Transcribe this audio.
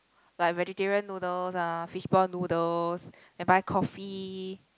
like vegetarian noodles ah fishball noodles then buy coffee